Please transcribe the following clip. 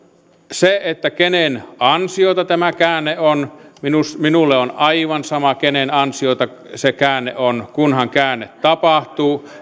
kenen ansiota tämä käänne on minulle minulle on aivan sama kenen ansiota se käänne on kunhan käänne tapahtuu